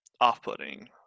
off-putting